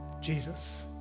Jesus